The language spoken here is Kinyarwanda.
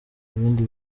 bindi